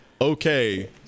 okay